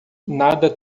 nada